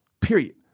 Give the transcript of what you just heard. period